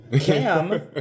Cam